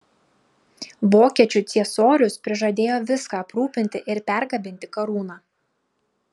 vokiečių ciesorius prižadėjo viską aprūpinti ir pergabenti karūną